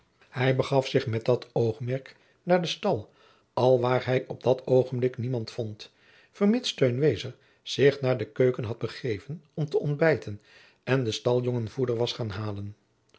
hij begaf zich met dat oogmerk naar den stal alwaar hij op dat oogenblik niemand vond vermits teun wezer zich naar de keuken had begeven om te ontbijten en de staljongen voeder was gaan halen